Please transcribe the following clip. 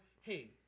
Hey